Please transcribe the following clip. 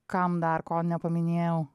kam dar ko nepaminėjau